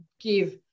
give